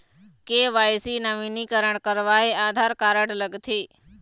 KYC नवीनीकरण करवाये Aadhaar card लगथे?